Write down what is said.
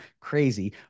Crazy